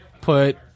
Put